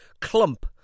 clump